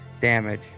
damage